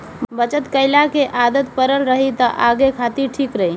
बचत कईला के आदत पड़ल रही त आगे खातिर ठीक रही